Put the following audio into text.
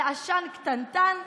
על עשן קטנטן,